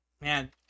Man